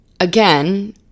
again